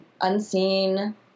unseen